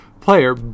player